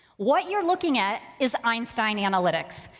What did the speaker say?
what you're looking at is einstein analytics.